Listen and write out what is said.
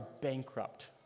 bankrupt